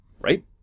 Right